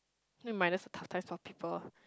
need minus the of people